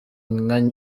inka